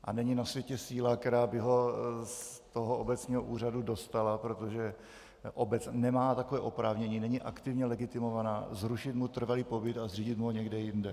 A není na světě síla, která by ho z toho obecního úřadu dostala, protože obec nemá takové oprávnění, není aktivně legitimovaná zrušit mu trvalý pobyt a zřídit mu ho někde jinde.